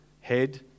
head